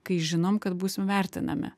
kai žinom kad būsim vertinami